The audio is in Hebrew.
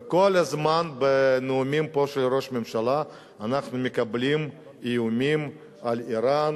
כל הזמן בנאומים פה של ראש הממשלה אנחנו מקבלים איומים על אירן